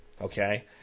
Okay